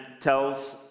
tells